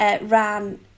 ran